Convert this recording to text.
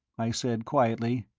i said, quietly.